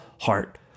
heart